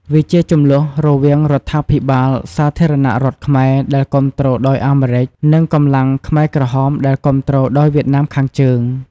វាជាជម្លោះរវាងរដ្ឋាភិបាលសាធារណរដ្ឋខ្មែរដែលគាំទ្រដោយអាមេរិក និងកម្លាំងខ្មែរក្រហមដែលគាំទ្រដោយវៀតណាមខាងជើង។